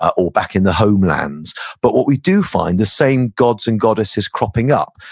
or back in the homelands but what we do find the same gods and goddesses cropping up,